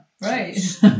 right